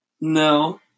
No